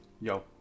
Yo